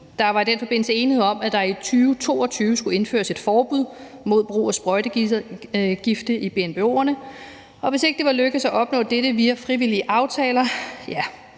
Der var i den forbindelse enighed om, at der i 2022 skulle indføres et forbud mod brug af sprøjtegifte i BNBO'erne, hvis ikke det var lykkedes at opnå dette via frivillige aftaler.